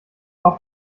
auf